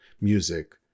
music